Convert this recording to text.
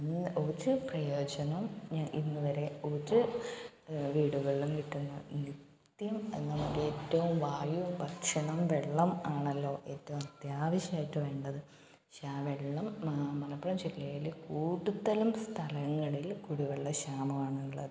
ഒരു പ്രയോജനവും ഞാന് ഇന്ന് വരെ ഒരു വീടുകളിലും കിട്ടുന്ന നിത്യം എന്ന ഏറ്റവും വായു ഭക്ഷണം വെള്ളം ആണല്ലോ ഏറ്റവും അത്യാവശ്യമായിട്ട് വേണ്ടത് പക്ഷേ ആ വെള്ളം മലപ്പുറം ജില്ലയില് കൂടുതലും സ്ഥലങ്ങളില് കുടിവെള്ളക്ഷാമമാണ് ഉള്ളത്